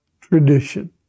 tradition